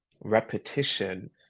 repetition